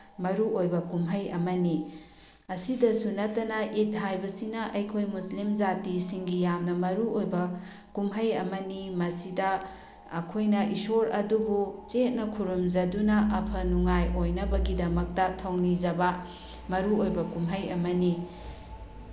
ꯃꯔꯨꯑꯣꯏꯕ ꯀꯨꯝꯍꯩ ꯑꯃꯅꯤ ꯑꯁꯤꯇꯁꯨ ꯅꯠꯇꯅ ꯏꯗ ꯍꯥꯏꯕꯁꯤꯅ ꯑꯩꯈꯣꯏ ꯃꯨꯁꯂꯤꯝ ꯖꯥꯇꯤꯁꯤꯡꯒꯤ ꯌꯥꯝꯅ ꯃꯔꯨꯑꯣꯏꯕ ꯀꯨꯝꯍꯩ ꯑꯃꯅꯤ ꯃꯁꯤꯗ ꯑꯩꯈꯣꯏꯅ ꯏꯁꯣꯔ ꯑꯗꯨꯕꯨ ꯆꯦꯠꯅ ꯈꯨꯔꯨꯝꯖꯗꯨꯅ ꯑꯐꯕ ꯅꯨꯡꯉꯥꯏ ꯑꯣꯏꯅꯕꯒꯤꯗꯃꯛꯇ ꯊꯧꯅꯤꯖꯕ ꯃꯔꯨꯑꯣꯏꯕ ꯀꯨꯝꯍꯩ ꯑꯃꯅꯤ